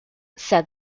said